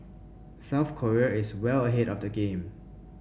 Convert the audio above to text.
South Korea is well ahead of the game